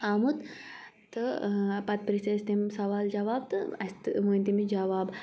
آمُت تہٕ پَتہٕ پٕرژھ اَسہِ تٔمۍ سَوال جواب تہٕ اَسہِ تہِ ؤنۍ تٔمِس جواب